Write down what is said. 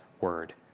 word